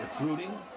recruiting